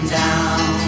down